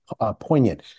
Poignant